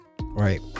right